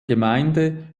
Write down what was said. gemeinde